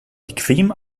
bequem